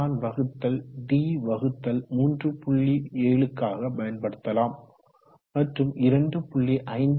7 க்காக பயன்படுத்தலாம் மற்றும் 2